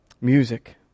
music